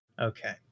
Okay